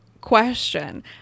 question